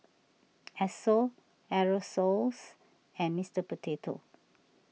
Esso Aerosoles and Mister Potato